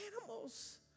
animals